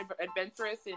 adventurous